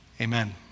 Amen